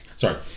Sorry